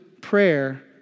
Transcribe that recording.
prayer